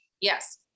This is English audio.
yes